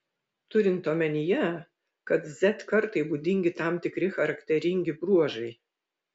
turint omenyje kad z kartai būdingi tam tikri charakteringi bruožai